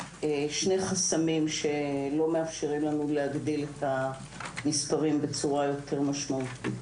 יש שני חסמים שלא מאפשרים לנו להגדיל את המספרים בצורה יותר משמעותית.